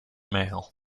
mail